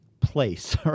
place